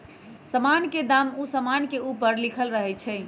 समान के दाम उ समान के ऊपरे लिखल रहइ छै